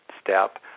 step